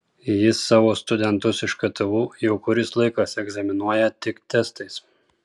jis savo studentus iš ktu jau kuris laikas egzaminuoja tik testais